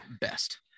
Best